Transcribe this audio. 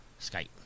Skype